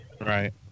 Right